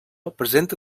presenta